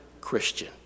Christian